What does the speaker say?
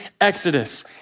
Exodus